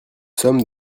sommes